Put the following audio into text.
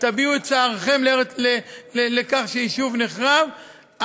תביעו את צערכם על כך שיישוב נחרב,